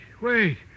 wait